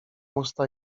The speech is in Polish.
usta